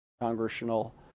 congressional